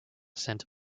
sent